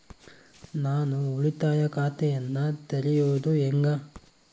ನಾನು ಉಳಿತಾಯ ಖಾತೆಯನ್ನ ತೆರೆಯೋದು ಹೆಂಗ?